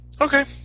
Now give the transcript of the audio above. Okay